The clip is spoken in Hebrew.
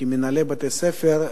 כמנהלי בתי-ספר,